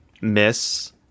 miss